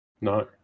No